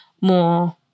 more